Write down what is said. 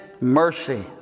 mercy